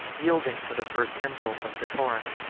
yielding to the first impulse of the torrent,